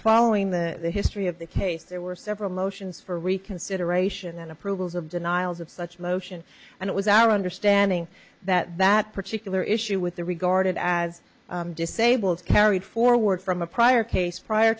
following the history of the case there were several motions for reconsideration and approvals of denials of such motion and it was our understanding that that particular issue with the regarded as disable is carried forward from a prior case prior